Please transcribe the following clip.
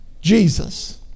Jesus